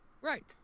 Right